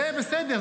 זה בסדר.